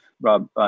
Rob